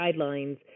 guidelines